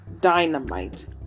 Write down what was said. dynamite